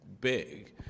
big